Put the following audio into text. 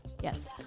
Yes